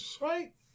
Right